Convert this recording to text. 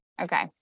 okay